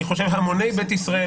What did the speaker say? אני חושב שהמוני בית ישראל,